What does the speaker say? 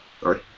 Sorry